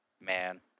Man